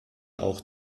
auch